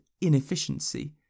inefficiency